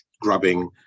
grubbing